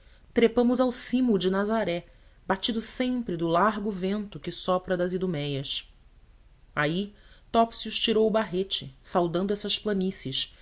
trepamos ao cimo de nazaré batido sempre do largo vento que sopra das iduméias aí topsius tirou o barrete saudando essas planícies